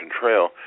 trail